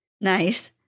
Nice